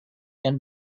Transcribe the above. and